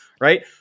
right